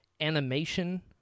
animation